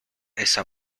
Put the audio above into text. esa